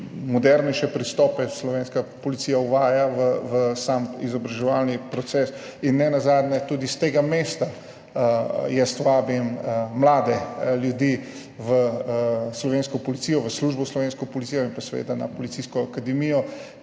moderne pristope v sam izobraževalni proces. Nenazadnje tudi s tega mesta jaz vabim mlade ljudi v slovensko policijo, v službo v slovensko policijo in pa seveda na Policijsko akademijo,